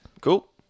Cool